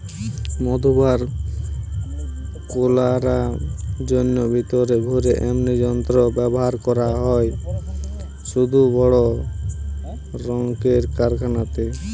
মধু বার কোরার জন্যে ভিতরে ঘুরে এমনি যন্ত্র ব্যাভার করা হয় শুধু বড় রক্মের কারখানাতে